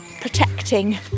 protecting